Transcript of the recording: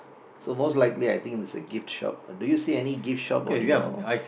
so most likely I think it is a gift shop do you see any gift shop on your